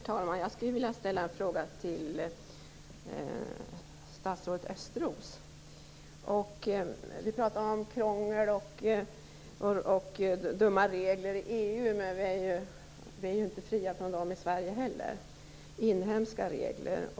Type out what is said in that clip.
Herr talman! Jag skulle vilja ställa en fråga till statsrådet Östros. Vi pratar om krångel och dumma regler i EU, men vi är ju inte heller i Sverige befriade från sådana, utan det finns också dumma inhemska regler.